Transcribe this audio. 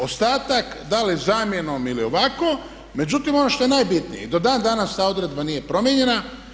Ostatak da li zamjenom ili ovako, međutim ono što je najbitnije i do danas ta odredba nije promijenjena.